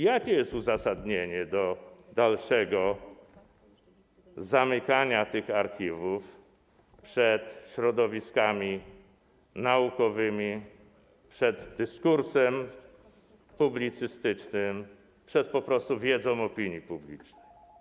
Jakie jest uzasadnienie dalszego zamykania tych archiwów przed środowiskami naukowymi, przed dyskursem publicystycznym, po prostu przed wiedzą opinii publicznej?